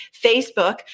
Facebook